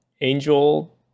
angel